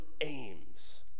aims